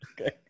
Okay